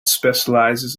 specialises